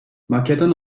makedon